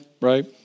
right